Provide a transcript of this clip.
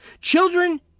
Children